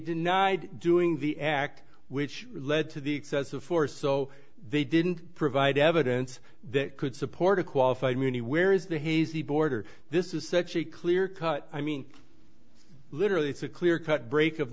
denied doing the act which led to the excessive force so they didn't provide evidence that could support a qualified me where is the hazy border this is such a clear cut i mean literally it's a clear cut break